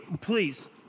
please